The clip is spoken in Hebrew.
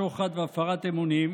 שוחד והפרת אמונים,